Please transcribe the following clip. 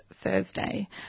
Thursday